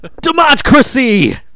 Democracy